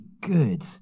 good